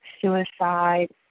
suicide